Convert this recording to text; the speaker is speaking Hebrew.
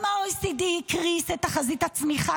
גם ה-OECD הקריס את תחזית הצמיחה,